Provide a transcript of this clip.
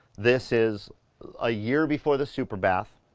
this is a year before the super bath.